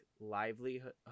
livelihood